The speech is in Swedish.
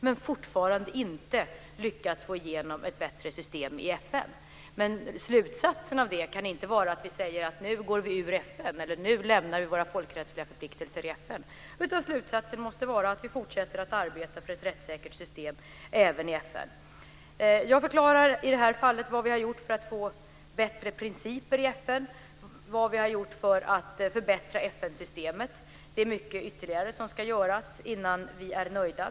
Men vi har fortfarande inte lyckats få igenom ett bättre system i FN. Slutsatsen av det kan inte vara att vi säger: Nu går vi ur FN, eller: Nu lämnar vi våra folkrättsliga förpliktelser i FN. Slutsatsen måste vara att vi fortsätter att arbeta för ett rättssäkert system även i FN. Jag förklarar i det här fallet vad vi har gjort för att få bättre principer i FN och för att förbättra FN systemet. Det är mycket ytterligare som ska göras innan vi är nöjda.